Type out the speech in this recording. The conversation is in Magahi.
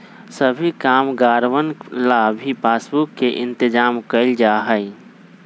सभी कामगारवन ला भी पासबुक के इन्तेजाम कइल जा हई